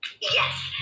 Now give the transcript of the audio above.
Yes